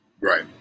Right